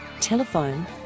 Telephone